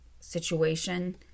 situation